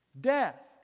death